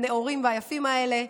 הנאורים והיפים האלה,